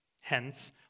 Hence